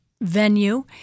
venue